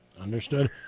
Understood